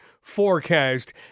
forecast